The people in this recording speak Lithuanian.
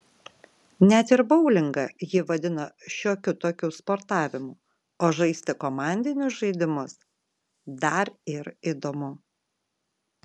net ir boulingą ji vadina šiokiu tokiu sportavimu o žaisti komandinius žaidimus dar ir įdomu